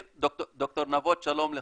ד"ר נבות, שלום לך.